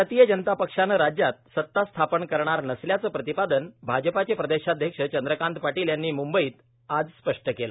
आरतीय जनता पक्षानं राज्यात सता स्थापन करणार नसल्याचं प्रतिपादन भाजपाचे प्रदेशाध्यक्ष चंद्रकांत पाटील यांनी मुंबईत आज स्पष्ट केलं